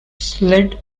slid